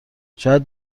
شاید